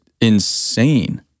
insane